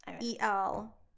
E-L